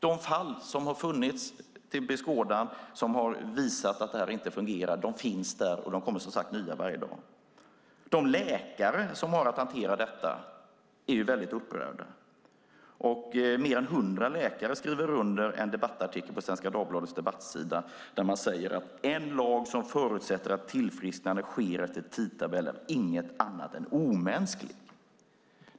De fall som har funnits till beskådan och som har visat att det här inte fungerar finns där, och det kommer som sagt nya varje dag. De läkare som har att hantera detta är väldigt upprörda. Mer än 100 läkare skrev under en debattartikel på Svenska Dagbladets debattsida där de säger att en lag som förutsätter att tillfrisknande sker efter tidtabell inte är något annat än omänsklig.